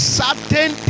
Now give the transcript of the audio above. certain